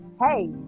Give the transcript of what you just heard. hey